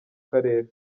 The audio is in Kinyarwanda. karere